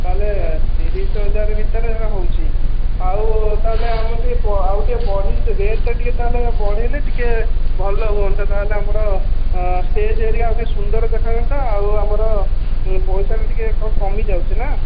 ତାହାଲେ ତିରିଶ ହଜାର ଭିତରେ ହେଉଛି ଆଉ ତାହାଲେ ଆମକୁ ଟିକେ ଆଉ ଟିକେ ବଢ଼େଇଲେ ରେଟଟା ଟିକେ ତାହାଲେ ବଢ଼େଇଲେ ଟିକେ ଭଲ ହୁଅନ୍ତା ତାହାଲେ ଆମର ଷ୍ଟେଜ୍ ଏରିଆ ଅତି ସୁନ୍ଦର ଦେଖାଯାଅନ୍ତା ଆଉ ଆମର ପଇସାଟା ଟିକେ କଣ କମିଯାଉଛି ନା